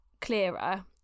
clearer